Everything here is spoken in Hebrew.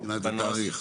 מבחינת התאריך.